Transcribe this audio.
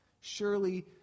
Surely